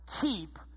keep